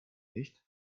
nicht